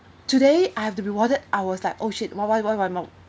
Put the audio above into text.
today I have to be warded I was like oh shit why why why why